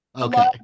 Okay